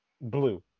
blue